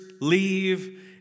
leave